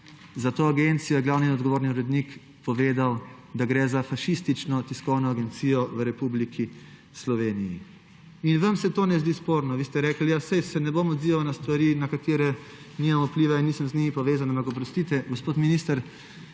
Za to agencijo je glavni in odgovorni urednik povedal, da gre za fašistično tiskovno agencijo v Republiki Sloveniji. In vam se to ne zdi sporno. Vi ste rekli: Ja, saj se ne bom odzival na stvari, na katere nimam vpliva in nisem z njimi povezan. Oprostite, gospod minister,